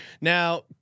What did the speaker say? Now